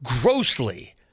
grossly